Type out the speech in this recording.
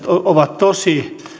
ovat tosi